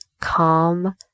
calm